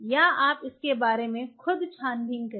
या आप इसके बारे में खुद छान बीन करें